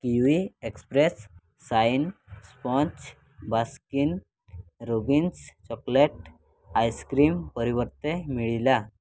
kiwi express sign sponge Baskin Robbins chocolate ice cream ପରିବର୍ତ୍ତେ ମିଳିଲା